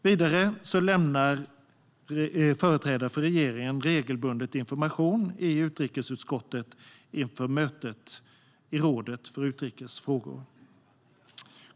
Vidare lämnar företrädare för regeringen regelbundet information i utrikesutskottet inför möten i rådet för utrikes frågor.